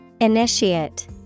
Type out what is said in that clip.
Initiate